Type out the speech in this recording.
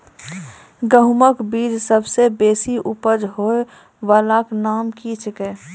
गेहूँमक बीज सबसे बेसी उपज होय वालाक नाम की छियै?